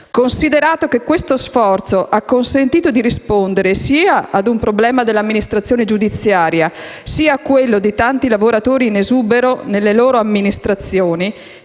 considerato che questo sforzo ha consentito di rispondere sia ad un problema dell'amministrazione giudiziaria sia a quello di tanti lavoratori in esubero nelle loro amministrazioni,